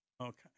Okay